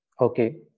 Okay